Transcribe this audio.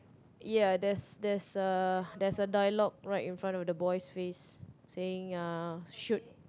ya there's there's a there's a dialogue right in front of the boy face saying uh shoot